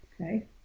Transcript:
Okay